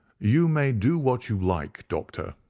you may do what you like, doctor,